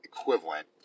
equivalent